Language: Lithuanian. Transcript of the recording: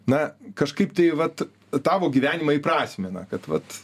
na kažkaip tai vat tavo gyvenimą įprasmina kad vat